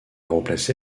remplacé